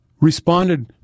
responded